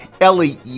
Ellie